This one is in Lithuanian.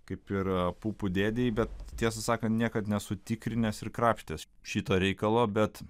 kaip ir pupų dėdei bet tiesą sakant niekad nesu tikrinęs ir krapštęs šito reikalo bet